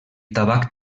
tabac